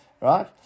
right